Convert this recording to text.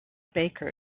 baker